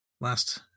last